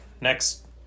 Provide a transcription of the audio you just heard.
Next